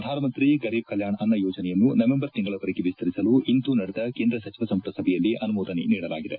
ಪ್ರಧಾನಮಂತ್ರಿ ಗರೀಬ್ ಕಲ್ಲಾಣ್ ಅನ್ನ ಯೋಜನೆಯನ್ನು ನವೆಂಬರ್ ತಿಂಗಳವರೆಗೆ ವಿಸ್ತರಿಸಲು ಇಂದು ನಡೆದ ಕೇಂದ್ರ ಸಚಿವ ಸಂಪುಟ ಸಭೆಯಲ್ಲಿ ಅನುಮೋದನೆ ನೀಡಲಾಗಿದೆ